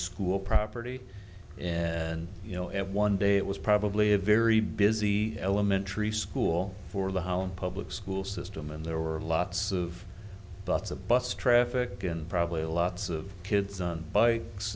school property and you know at one day it was probably a very busy elementary school for the whole public school system and there were lots of boats a bus traffic and probably lots of kids on bikes